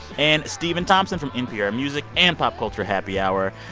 and stephen thompson from npr music and pop culture happy hour.